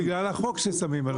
בגלל החוק ששמים.